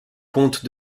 comte